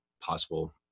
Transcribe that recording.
possible